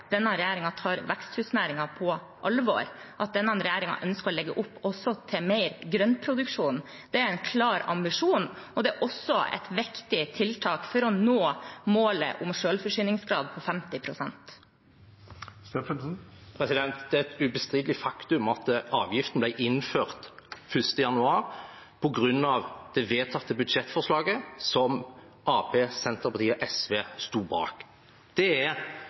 denne regjeringen også ønsker å legge opp til mer grøntproduksjon. Det er en klar ambisjon, og det er også et viktig tiltak for å nå målet om en selvforsyningsgrad på 50 pst. Roy Steffensen – til oppfølgingsspørsmål. Det er et ubestridelig faktum at avgiften ble innført 1. januar på grunn av det vedtatte budsjettforslaget som Arbeiderpartiet, Senterpartiet og SV sto bak. Det er